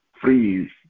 freeze